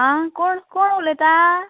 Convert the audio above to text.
आं कोण कोण उलयता